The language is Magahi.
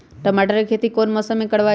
टमाटर की खेती कौन मौसम में करवाई?